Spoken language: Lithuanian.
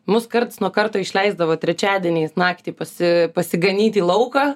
mus karts nuo karto išleisdavo trečiadieniais naktį pasi pasiganyt į lauką